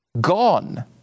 gone